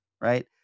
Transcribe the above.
Right